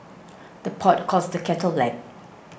the pot calls the kettle black